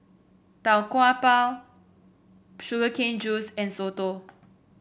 Tau Kwa Pau Sugar Cane Juice and soto